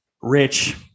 Rich